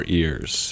ears